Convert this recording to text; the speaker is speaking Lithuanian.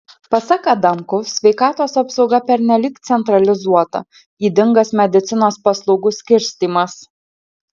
pasak adamkaus sveikatos apsauga pernelyg centralizuota ydingas medicinos paslaugų skirstymas